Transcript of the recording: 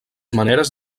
maneres